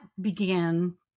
began